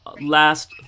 last